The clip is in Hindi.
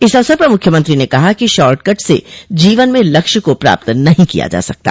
इस अवसर पर मुख्यमंत्री ने कहा कि शार्टकट से जीवन में लक्ष्य को प्राप्त नहीं किया जा सकता